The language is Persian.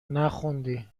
نخوندی